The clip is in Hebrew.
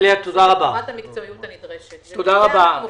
תודה רבה.